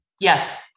Yes